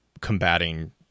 combating